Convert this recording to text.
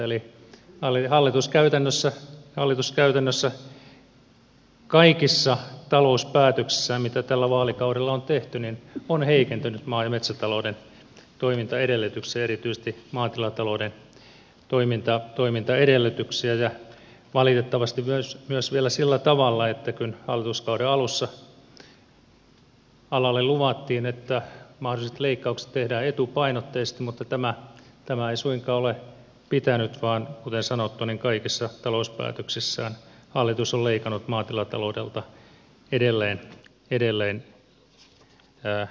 eli hallitus käytännössä kaikissa talouspäätöksissään mitä tällä vaalikaudella on tehty on heikentänyt maa ja metsätalouden toimintaedellytyksiä erityisesti maatilatalouden toimintaedellytyksiä ja valitettavasti myös vielä sillä tavalla että kun hallituskauden alussa alalle luvattiin että mahdolliset leikkaukset tehdään etupainotteisesti niin tämä ei suinkaan ole pitänyt vaan kuten sanottu niin kaikissa talouspäätöksissään hallitus on leikannut maatilataloudelta edelleen lisää